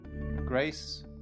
Grace